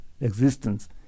existence